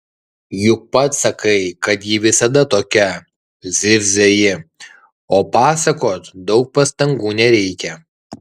juk pats sakai kad ji visada tokia zirzia ji o pasakot daug pastangų nereikia